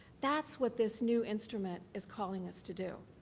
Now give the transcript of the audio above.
that's what this new instrument is calling us to do.